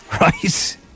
Right